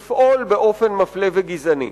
לפעול באופן מפלה וגזעני.